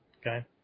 Okay